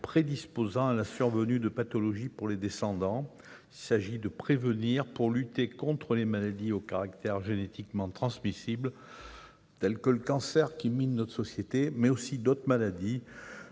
prédisposant à la survenue de pathologies pour les descendants. Il s'agit de prévenir pour lutter contre les maladies aux caractères génétiquement transmissibles ; je pense non seulement au cancer, qui mine notre société, mais aussi à d'autres maladies,